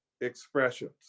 expressions